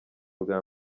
bwa